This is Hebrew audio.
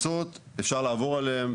אפשר לעבור על ההמלצות,